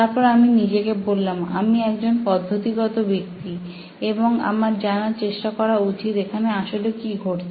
তারপর আমি নিজেকে বললাম আমি একজন পদ্ধতিগত ব্যক্তি এবং আমার জানার চেষ্টা করা উচিত এখানে আসলে কি ঘটছে